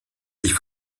sich